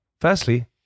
Firstly